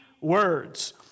words